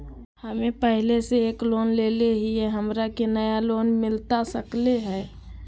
हमे पहले से एक लोन लेले हियई, हमरा के नया लोन मिलता सकले हई?